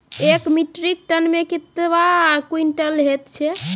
एक metric ton मे कतवा क्वींटल हैत छै?